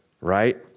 right